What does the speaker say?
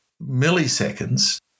milliseconds